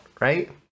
right